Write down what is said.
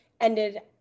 ended